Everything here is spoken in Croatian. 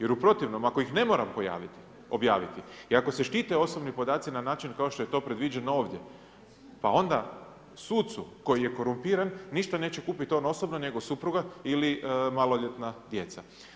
Jer u protivnom ako ih ne moram objaviti i ako se štite osobni podaci na način kao što je to predviđeno ovdje, pa onda sucu koji je korumpiran ništa neće kupiti on osobno, nego supruga ili maloljetna djeca.